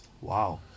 Wow